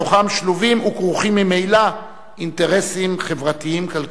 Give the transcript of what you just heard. שלובים וכרוכים ממילא אינטרסים חברתיים-כלכליים.